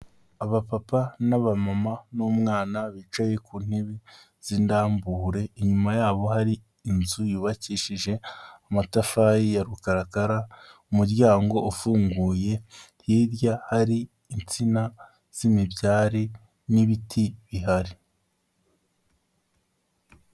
Abapapa n'abamama n'umwana bicaye ku ntebe z'indambure, inyuma yabo hari inzu yubakishije amatafari ya rukarakara, umuryango ufunguye hirya hari insina z'imibyari n'ibiti bihari.